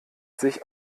sich